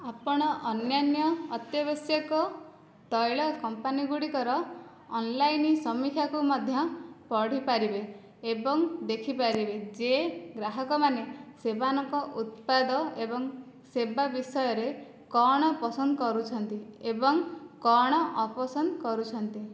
ଆପଣ ଅନ୍ୟାନ୍ୟ ଅତ୍ୟାବଶ୍ୟକ ତୈଳ କମ୍ପାନୀଗୁଡ଼ିକର ଅନ୍ଲାଇନ ସମୀକ୍ଷାକୁ ମଧ୍ୟ ପଢ଼ିପାରିବେ ଏବଂ ଦେଖିପାରିବେ ଯେ ଗ୍ରାହକମାନେ ସେମାନଙ୍କ ଉତ୍ପାଦ ଏବଂ ସେବା ବିଷୟରେ କ'ଣ ପସନ୍ଦ କରୁଛନ୍ତି ଏବଂ କ'ଣ ଅପସନ୍ଦ କରୁଛନ୍ତି